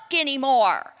anymore